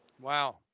Wow